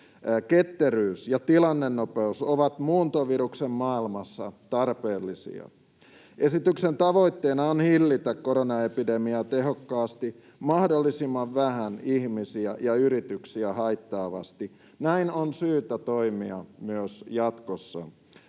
Ketteryys ja tilannenopeus ovat muuntoviruksen maailmassa tarpeellisia. Esityksen tavoitteena on hillitä koronaepidemiaa tehokkaasti, mahdollisimman vähän ihmisiä ja yrityksiä haittaavasti — näin on syytä toimia myös jatkossa.